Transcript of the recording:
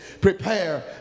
prepare